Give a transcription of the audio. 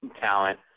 talent